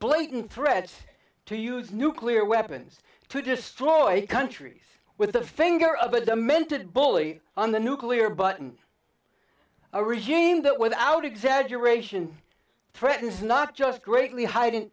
blatant threat to use nuclear weapons to destroy countries with the finger of a demented bully on the nuclear button a regime that without exaggeration threatens not just greatly hiding